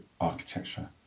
architecture